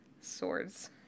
swords